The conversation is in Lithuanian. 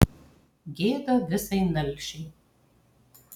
gėda visai nalšiai